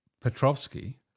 Petrovsky